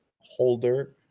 holder